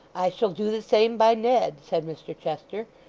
i shall do the same by ned said mr chester,